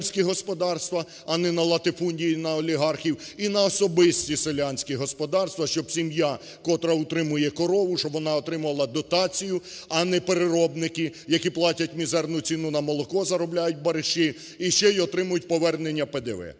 а не на латифундію, на олігархів, і на особисті селянські господарства, щоб сім'я, котра утримує корову, щоб вона отримувала дотацію, а не переробники, які платять мізерну ціну на молоко, заробляють бариші і ще й отримують повернення ПДВ.